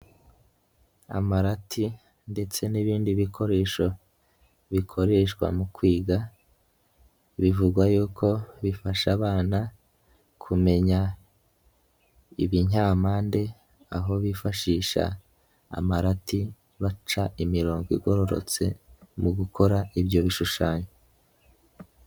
Amarati ndetse n'ibindi bikoresho bikoreshwa mu kwiga, bivugwa yuko bifasha abana kumenya ibinyampande aho bifashisha amarati baca imirongo igororotse, mu gukora ibyo bishushanyo.